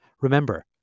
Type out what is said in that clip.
Remember